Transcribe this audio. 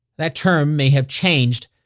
that term may have changed,